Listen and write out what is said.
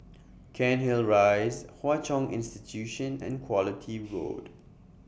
Cairnhill Rise Hwa Chong Institution and Quality Road